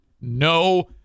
No